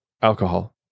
alcohol